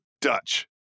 Dutch